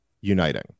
uniting